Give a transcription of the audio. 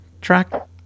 track